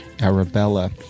Arabella